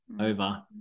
over